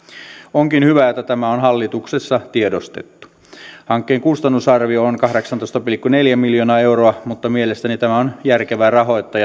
onkin hyvä että tämä on hallituksessa tiedostettu hankkeen kustannusarvio on kahdeksantoista pilkku neljä miljoonaa euroa mutta mielestäni tämä on järkevä rahoittaa